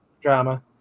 drama